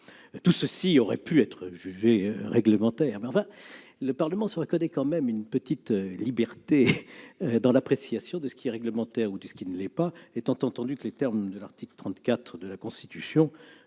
des dispositions d'ordre réglementaire, mais le Parlement se reconnaît une petite liberté dans l'appréciation de ce qui est réglementaire ou de ce qui ne l'est pas, étant entendu que les termes de l'article 34 de la Constitution sont assez